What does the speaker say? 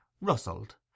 rustled